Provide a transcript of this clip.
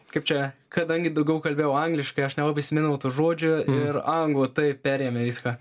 kaip čia kadangi daugiau kalbėjau angliškai aš nelabai atsimindavau tų žodžių ir anglų taip perėmė viską